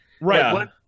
Right